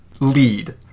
lead